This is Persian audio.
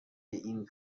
این